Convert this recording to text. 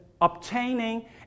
obtaining